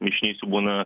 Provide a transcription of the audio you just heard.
mišinys jų būna